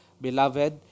beloved